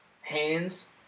Hands